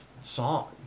song